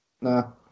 No